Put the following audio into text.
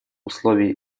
условий